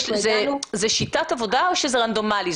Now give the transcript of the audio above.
זאת שיטת עבודה או זה רנדומלי?